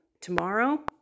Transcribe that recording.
tomorrow